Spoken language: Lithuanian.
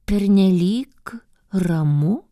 pernelyg ramu